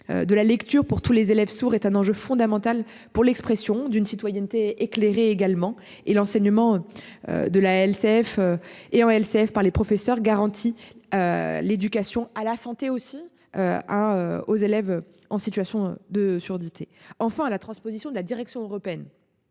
De la lecture pour tous les élèves sourds est un enjeu fondamental pour l'expression d'une citoyenneté éclairée également et l'enseignement. De la LCF. Et en LCF par les professeurs garantit. L'éducation à la santé aussi. Hein aux élèves en situation de surdité enfin à la transposition de la direction européenne.